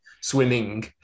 swimming